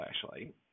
flashlight